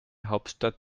hauptstadt